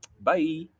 Bye